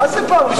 מה זה פעם ראשונה?